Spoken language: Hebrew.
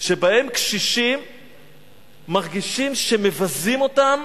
שבה קשישים מרגישים שמבזים אותם